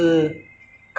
些电影 ah